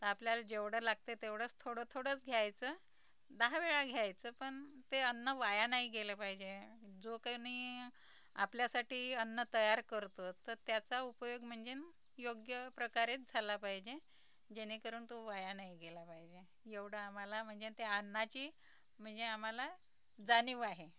तर आपल्याला जेवढं लागते तेवढं च थोडं थोडंच घ्यायचं दहा वेळा घ्यायचं पण ते अन्न वाया नाही गेलं पाहिजे जो का नाही आपल्यासाठी अन्न तयार करतो तर त्याचा उपयोग म्हणजे योग्य प्रकारेच झाला पाहिजे जेणेकरून तो वाया नाही गेला पाहिजे एवढं आम्हाला म्हणजे त्या अन्नाची म्हणजे आम्हाला जाणीव आहे